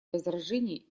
возражений